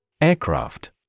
Aircraft